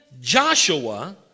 Joshua